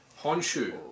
Honshu